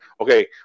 Okay